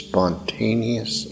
Spontaneous